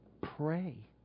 Pray